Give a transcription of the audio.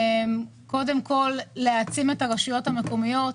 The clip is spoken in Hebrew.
קודם כל להעצים את הרשויות המקומיות.